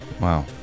Wow